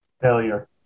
failure